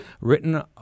Written